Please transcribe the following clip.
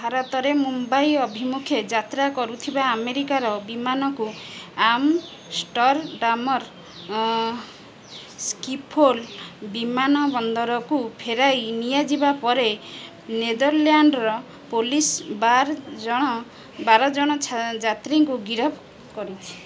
ଭାରତରେ ମୁମ୍ବାଇ ଅଭିମୁଖେ ଯାତ୍ରା କରୁଥିବା ଆମେରିକାର ବିମାନକୁ ଆମଷ୍ଟରଡାମର ସ୍କିଫୋଲ୍ ବିମାନବନ୍ଦରକୁ ଫେରାଇ ନିଆଯିବା ପରେ ନେଦରଲ୍ୟାଣ୍ଡର ପୋଲିସ ବାର ଜଣ ବାର ଜଣ ଯାତ୍ରୀଙ୍କୁ ଗିରଫ କରିଛି